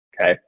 Okay